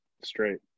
straight